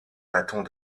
bâtons